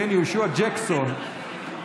יהושע ג'קסון,